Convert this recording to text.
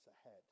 ahead